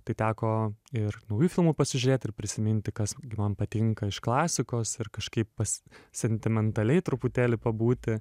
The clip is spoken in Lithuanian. tai teko ir naujų filmų pasižiūrėti ir prisiminti kas man patinka iš klasikos ir kažkaip pas sentimentaliai truputėlį pabūti